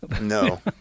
No